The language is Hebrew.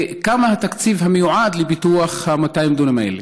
מה התקציב המיועד לפיתוח 200 הדונם האלה?